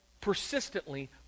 Persistently